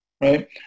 right